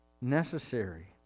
necessary